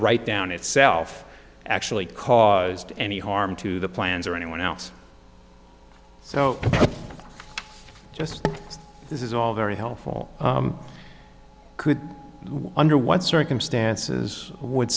e down itself actually caused any harm to the plans or anyone else so just this is all very helpful could under what circumstances would